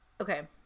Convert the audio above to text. okay